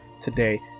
today